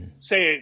say